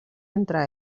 entre